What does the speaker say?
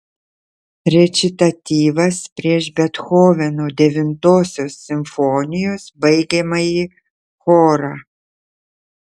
rečitatyvas prieš bethoveno devintosios simfonijos baigiamąjį chorą